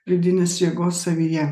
vidinės jėgos savyje